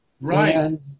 Right